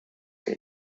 que